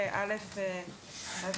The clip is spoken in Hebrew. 26א(ד)